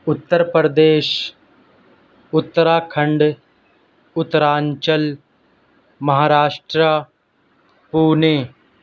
Uttar Pradesh Uttarakhand Uttaranchal Maharashtra Pune